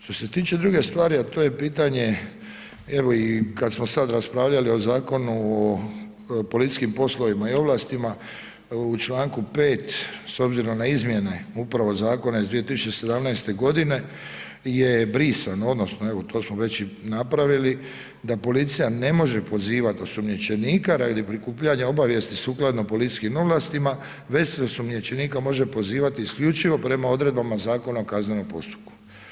Što se tiče druge stvari a to je pitanje evo i kad smo sad raspravljali o Zakonu o policijskim poslovima i ovlastima u članku 5. s obzirom na izmjene upravo zakona iz 2017. godine je brisano, odnosno evo to smo već i napravili da policija ne može pozivati osumnjičenika radi prikupljanja obavijesti sukladno policijskim ovlastima već se osumnjičenika može pozivati isključivo prema odredbama Zakona o kaznenom postupku.